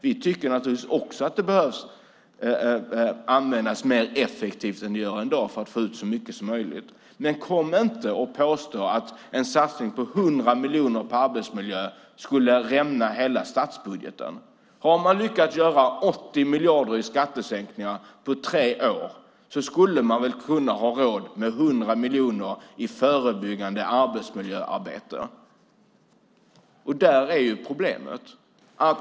Vi tycker naturligtvis också att man behöver använda dem mer effektivt än vad man gör i dag för att få ut så mycket som möjligt. Men kom inte och påstå att en satsning på 100 miljoner på arbetsmiljö skulle göra så att hela statsbudgeten rämnar. Har man lyckats göra skattesänkningar på 80 miljarder på tre år skulle man väl kunna ha råd med 100 miljoner i förebyggande arbetsmiljöarbete. Där är problemet.